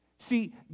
See